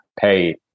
pay